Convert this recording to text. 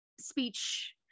speech